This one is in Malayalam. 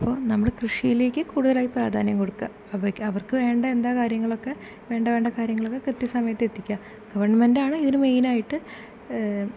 അപ്പോൾ നമ്മൾ കൃഷിയിലേക്ക് കൂടുതലായി പ്രാധാന്യം കൊടുക്കാം അപ്പേക്ക് അവർക്ക് വേണ്ടത് എന്താണ് കാര്യങ്ങളൊക്കെ വേണ്ടത് വേണ്ട കാര്യങ്ങളൊക്കെ കൃത്യ സമയത്ത് എത്തിക്കുക ഗവൺമെൻ്റാണ് ഇതിന് മെയ്നായിട്ട്